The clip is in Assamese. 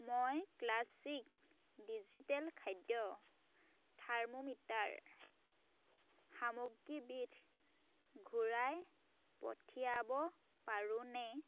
মই ক্লাছিক ডিজিটেল খাদ্য থাৰ্মোমিটাৰ সামগ্ৰীবিধ ঘূৰাই পঠিয়াব পাৰোঁনে